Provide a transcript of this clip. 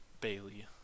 Bailey